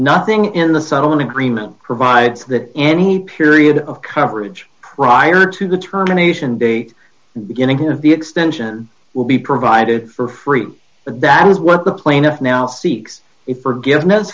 nothing in the settlement agreement provides that any period of coverage prior to determination date beginning of the extension will be provided for free but that is what the plaintiff now seeks it for give